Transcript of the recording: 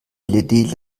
led